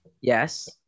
Yes